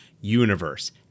universe